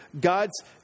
God's